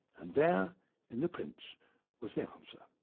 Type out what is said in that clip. and there in the prints was the answer,